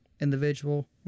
individual